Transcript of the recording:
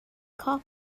car